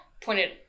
Pointed